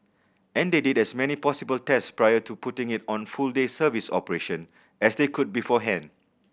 and they did as many possible tests prior to putting it on full day service operation as they could beforehand